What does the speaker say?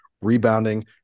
rebounding